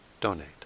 donate